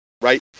right